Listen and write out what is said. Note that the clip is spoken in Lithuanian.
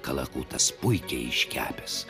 kalakutas puikiai iškepęs